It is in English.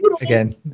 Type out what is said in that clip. Again